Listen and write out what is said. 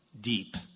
deep